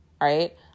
right